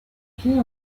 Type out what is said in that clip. plis